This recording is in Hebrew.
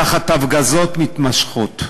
תחת הפגזות מתמשכות.